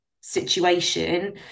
situation